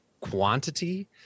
quantity